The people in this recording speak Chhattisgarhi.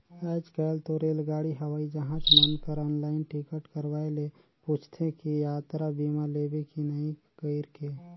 आयज कायल तो रेलगाड़ी हवई जहाज मन कर आनलाईन टिकट करवाये ले पूंछते कि यातरा बीमा लेबे की नही कइरके